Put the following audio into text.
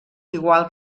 igual